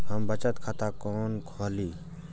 हम बचत खाता कोन खोली?